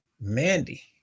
Mandy